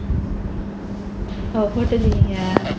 oh photographic